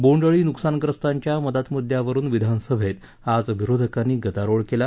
बोंडअळी नुकसानग्रस्तांच्या मदत मुद्द्यांवरुन विधानसभेत आज विरोधकांनी गदारोळ केला